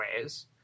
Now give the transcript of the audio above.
ways